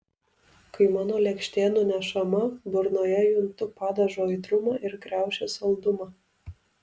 kai mano lėkštė nunešama burnoje juntu padažo aitrumą ir kriaušės saldumą